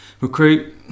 Recruit